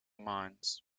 minds